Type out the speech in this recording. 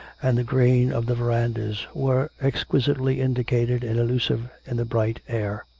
and the green of the verandahs were exquisitely indicated and elusive in the bright air